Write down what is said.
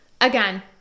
again